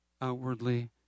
outwardly